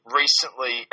recently